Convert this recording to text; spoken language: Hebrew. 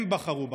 הם בחרו בכם.